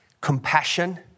compassion